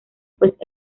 pues